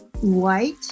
white